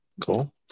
Cool